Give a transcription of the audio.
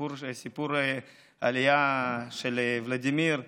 סיפור העלייה של ולדימיר,